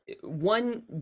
One